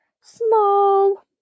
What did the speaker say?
small